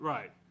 Right